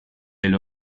del